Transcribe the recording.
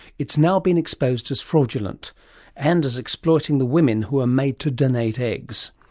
it's now been exposed as fraudulent and as exploiting the women who were made to donate eggs.